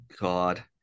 God